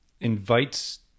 invites